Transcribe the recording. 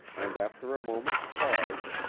and after a moment's pause,